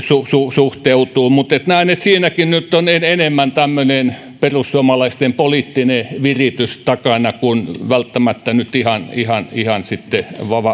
suhtautuu mutta näen että siinäkin nyt on takana enemmän tämmöinen perussuomalaisten poliittinen viritys kuin välttämättä nyt ihan ihan sitten